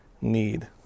need